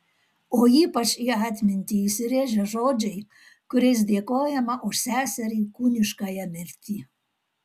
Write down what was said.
o ypač į atmintį įsirėžia žodžiai kuriais dėkojama už seserį kūniškąją mirtį